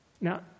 Now